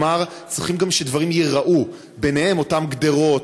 צריכים גם שדברים ייראו, ובהם אותן גדרות,